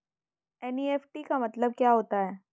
NEFT का मतलब क्या होता है?